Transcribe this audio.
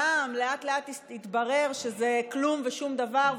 לאט-לאט התברר שזה כלום ושום דבר,